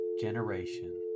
generation